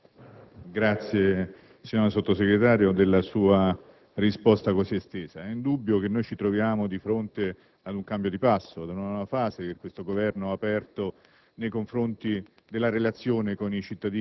la signora Sottosegretario della sua risposta così estesa. È indubbio che ci troviamo di fronte ad un cambio di passo, ad una nuova fase che questo Governo ha aperto